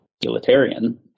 utilitarian